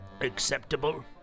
acceptable